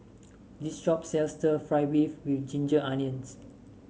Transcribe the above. this shop sells stir fry beef with Ginger Onions